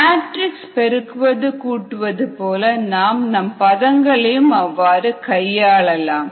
matrix பெருக்குவது கூட்டுவது போல நாம் நம் பதங்களையும் அவ்வாறு கையாளலாம்